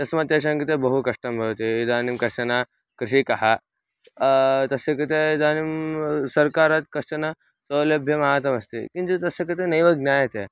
तस्मात् तेषां कृते बहु कष्टं भवति इदानीं कश्चन कृषकः तस्य कृते इदानीं सर्वकारात् कश्चन सौलभ्यम् आगतमस्ति किन्तु तस्य कृते नैव ज्ञायते